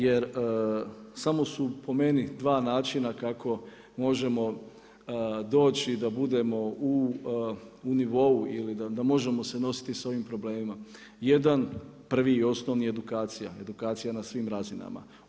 Jer, samo su po meni 2 načina kako možemo doći da budemo u nivou ili da možemo se nositi s ovim problemima, jedan prvi i osnovni edukacija, edukacija na svim razinama.